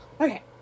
Okay